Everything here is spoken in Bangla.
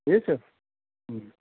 বুঝেছ হুম